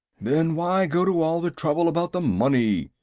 then why go to all the trouble about the money?